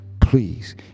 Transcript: please